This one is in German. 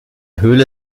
höhle